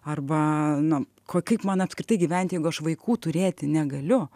arba na kaip man apskritai gyventi jeigu aš vaikų turėti negaliu